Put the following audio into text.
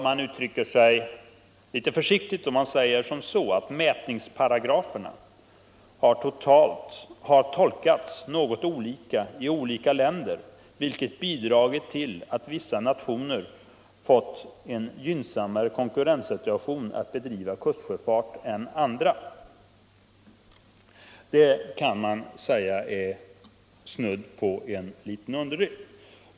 Resultatet av denna utredning uttrycks litet försiktigt: ”Mätningsparagraferna har tolkats något olika i olika länder, vilket bidragit till att vissa nationer fått en gynnsammare konkurrenssituation att bedriva kustsjöfart än andra.” Det kan man säga är snudd på en underdrift.